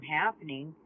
happening